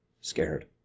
scared